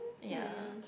ya